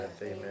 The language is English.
Amen